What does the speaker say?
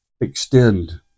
extend